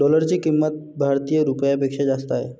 डॉलरची किंमत भारतीय रुपयापेक्षा जास्त आहे